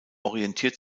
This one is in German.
orientiert